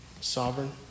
sovereign